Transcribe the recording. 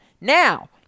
Now